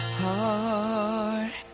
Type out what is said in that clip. heart